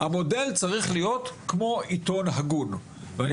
המודל צריך להיות כמו עיתון הגון ואני